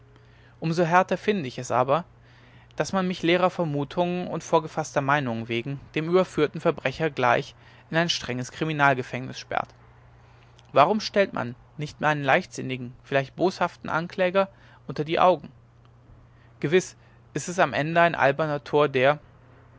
so härter finde ich es aber daß man mich leerer vermutungen und vorgefaßter meinungen wegen dem überführten verbrecher gleich in ein strenges kriminalgefängnis sperrt warum stellt man mich nicht meinem leichtsinnigen vielleicht boshaften ankläger unter die augen gewiß ist es am ende ein alberner tor der